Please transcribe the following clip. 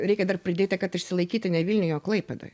reikia dar pridėti kad išsilaikyti ne vilniuj o klaipėdoj